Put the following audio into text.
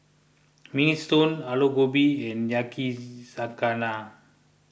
Minestrone Alu Gobi and Yakizakana